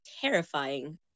terrifying